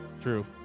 True